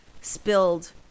spilled